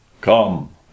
Come